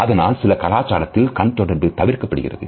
அதனால் சில கலாச்சாரத்தில் கண் தொடர்பு தவிர்க்கப்படுகிறது